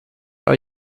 are